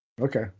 Okay